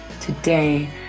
today